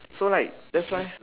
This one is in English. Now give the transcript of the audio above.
so like that's why